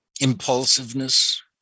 impulsiveness